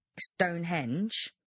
Stonehenge